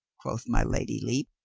quoth my lady lepe,